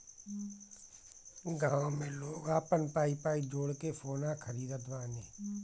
गांव में लोग आपन पाई पाई जोड़ के सोना खरीदत बाने